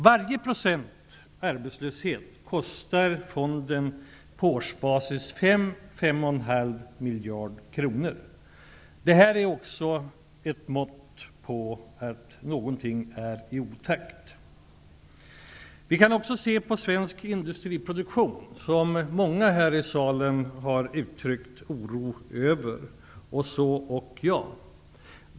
Varje procents arbetslöshet kostar fonden på årsbasis 5-- 5 1/2 miljard kronor. Också det här är ett mått på att någonting är i otakt. Vi kan även se på den svenska industriproduktionen, som många här i kammaren har uttryckt oro över, så ock jag.